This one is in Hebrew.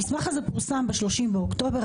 המסמך הזה פורסם ב-30 באוקטובר,